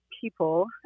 people